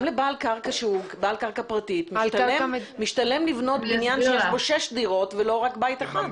גם לבעל קרקע פרטית משתלם לבנות בניין שיש בו שש דירות ולא רק בית אחד.